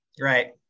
Right